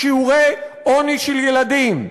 בשיעורי עוני של ילדים.